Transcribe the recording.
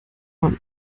man